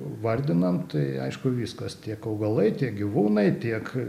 vardinam tai aišku viskas tiek augalai tiek gyvūnai tiek